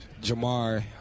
Jamar